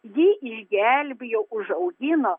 jį išgelbėjo užaugino